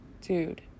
Dude